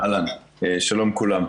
אהלן, שלום, כולם.